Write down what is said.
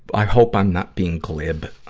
i hope i'm not being glib, ah,